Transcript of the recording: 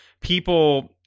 people